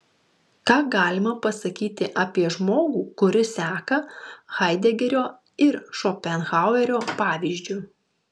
ką galima pasakyti apie žmogų kuris seka haidegerio ir šopenhauerio pavyzdžiu